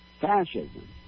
Fascism